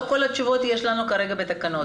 לא את כל התשובות יש לנו כרגע בתקנות.